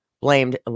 blamed